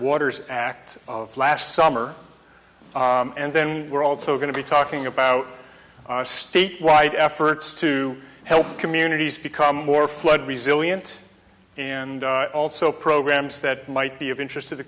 waters act of last summer and then we're also going to be talking about statewide efforts to help communities become more flood resilient and also programs that might be of interest to the